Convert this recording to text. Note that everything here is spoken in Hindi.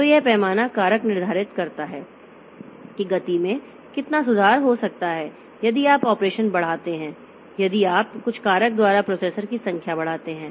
तो यह पैमाना कारक निर्धारित करता है कि गति में कितना सुधार हो सकता है यदि आप ऑपरेशन बढ़ाते हैं यदि आप कुछ कारक द्वारा प्रोसेसर की संख्या बढ़ाते हैं